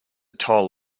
toll